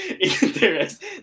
interest